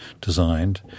designed